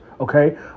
okay